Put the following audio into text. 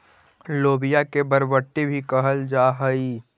लोबिया के बरबट्टी भी कहल जा हई